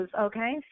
okay